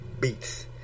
beats